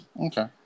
Okay